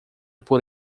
por